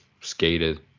skated